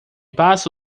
passa